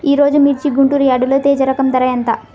ఈరోజు మిర్చి గుంటూరు యార్డులో తేజ రకం ధర ఎంత?